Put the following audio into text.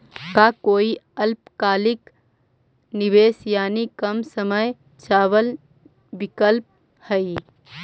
का कोई अल्पकालिक निवेश यानी कम समय चावल विकल्प हई?